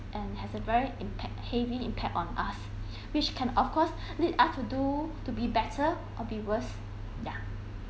and has a very pact heavy impact on us which can of course lead us to do to be better or be worse yeah